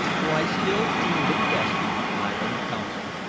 for i still deemed it best to keep my own counsel.